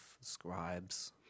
scribes